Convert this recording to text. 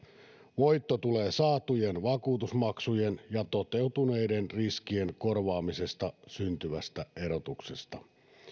voitto tulee saatujen vakuutusmaksujen ja toteutuneiden riskien korvaamisesta syntyvästä erotuksesta